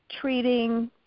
treating